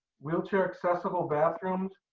wheelchair accessible bathrooms,